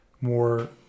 more